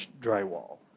drywall